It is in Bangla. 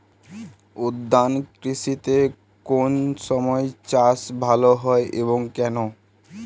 উদ্যান কৃষিতে কোন সময় চাষ ভালো হয় এবং কেনো?